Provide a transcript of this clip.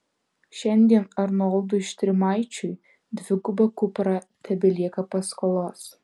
šiandien arnoldui štrimaičiui dviguba kupra tebelieka paskolos